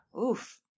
Oof